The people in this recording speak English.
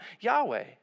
Yahweh